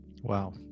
Wow